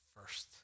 first